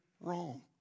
wrong